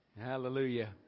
Hallelujah